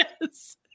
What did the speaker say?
Yes